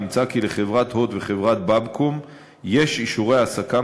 נמצא כי לחברת "הוט" וחברת "באבקום" יש אישורי העסקה